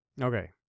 okay